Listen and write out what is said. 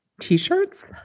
t-shirts